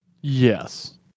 Yes